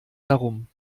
darum